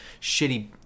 shitty